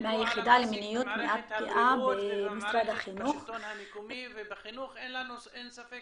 דיברו על מערכת הבריאות ומערכת השלטון המקומי ובחינוך אין לנו ספק